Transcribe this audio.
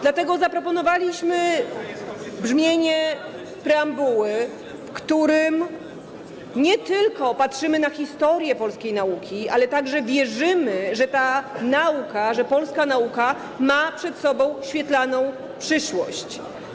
Dlatego zaproponowaliśmy brzmienie preambuły, w której nie tylko patrzymy na historię polskiej nauki, ale także wierzymy, że ta nauka, że polska nauka ma przed sobą świetlaną przyszłość.